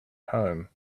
home